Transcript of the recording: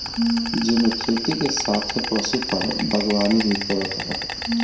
जेमे खेती के साथे पशुपालन, बागवानी भी करत हवे